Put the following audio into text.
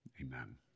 Amen